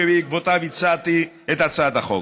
שבעקבותיו הצעתי את הצעת החוק: